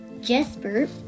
Jesper